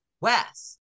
west